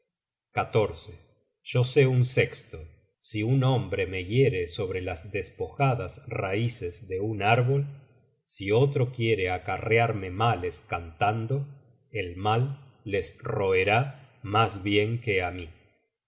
vea yo sé un sesto si un hombre me hiere sobre las despojadas raices de un árbol si otro quiere acarrearme males cantando el mal les roerá mas bien que á mí